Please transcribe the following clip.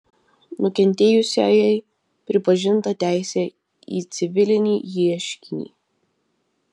nukentėjusiajai pripažinta teisė į civilinį ieškinį